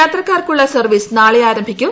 യാത്രക്കാർക്കുള്ള service നാളെ ആരംഭിക്കും